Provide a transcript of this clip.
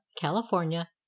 California